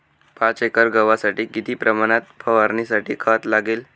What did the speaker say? पाच एकर गव्हासाठी किती प्रमाणात फवारणीसाठी खत लागेल?